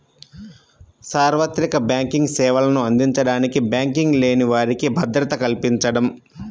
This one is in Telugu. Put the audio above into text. సార్వత్రిక బ్యాంకింగ్ సేవలను అందించడానికి బ్యాంకింగ్ లేని వారికి భద్రత కల్పించడం